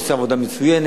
עושה עבודה מצוינת.